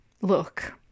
look